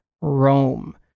Rome